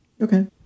Okay